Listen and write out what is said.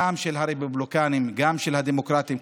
גם של הרפובליקנים וגם של הדמוקרטים,